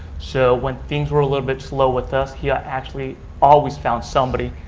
so when things were a little bit slow with us, he ah actually always found somebody.